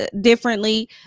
Differently